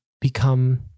become